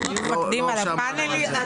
דיון מקדים על הפאנלים?